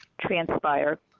transpire